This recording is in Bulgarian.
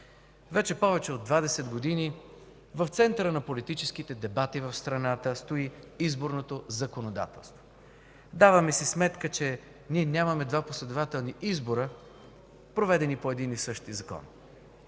вече повече от 20 години в центъра на политическите дебати в страната стои изборното законодателство. Даваме си сметка, че ние нямаме два последователни избора, проведени по един и същи закон.